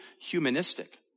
humanistic